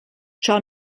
ciò